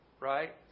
Right